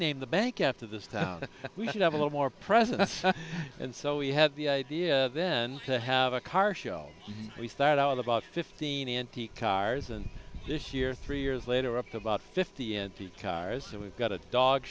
named the bank after this town we should have a little more presence and so we had the idea then to have a car show we started out with about fifteen antique cars and this year three years later up about fifty empty cars and we've got a dog